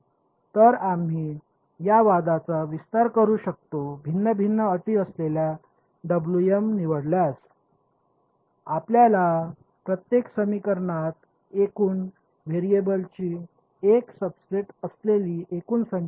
तर आम्ही या वादाचा विस्तार करू शकतो भिन्न भिन्न अटी असल्याचे निवडल्यास आपल्यास प्रत्येक समीकरणात एकूण व्हेरिएबल्सची एक सबसेट असलेली एकूण संख्या मिळेल